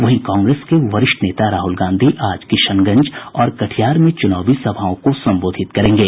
वहीं कांग्रेस के वरिष्ठ नेता राहल गांधी आज किशनगंज और कटिहार में चुनावी सभाओं को संबोधित करेंगे